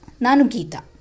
Nanukita